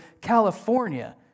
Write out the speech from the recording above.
California